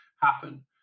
happen